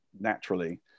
naturally